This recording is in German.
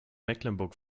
mecklenburg